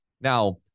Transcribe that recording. Now